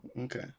Okay